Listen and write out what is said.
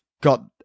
got